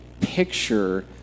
picture